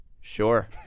Sure